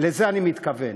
לזה אני מתכוון.